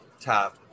top